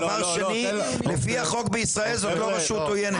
דבר שני, לפי החוק בישראל זה לא רשות עוינת.